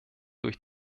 durch